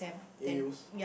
A_Us